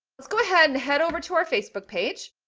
let's go ahead and head over to our facebook page.